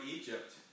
Egypt